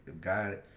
God